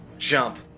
Jump